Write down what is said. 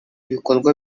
ibikorwa